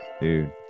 dude